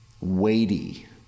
weighty